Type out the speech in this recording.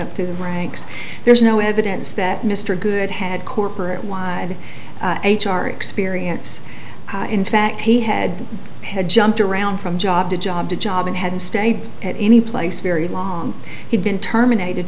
up through the ranks there's no evidence that mr good had corporate wide h r experience in fact he had had jumped around from job to job to job and had stayed at any place very long he'd been terminated